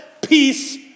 peace